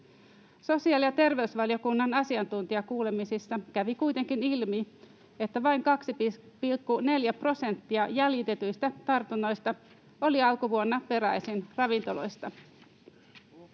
Sosiaali‑ ja terveysvaliokunnan asiantuntijakuulemisissa kävi kuitenkin ilmi, että vain 2,4 prosenttia jäljitetyistä tartunnoista oli alkuvuonna peräisin ravintoloista.